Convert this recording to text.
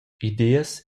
ideas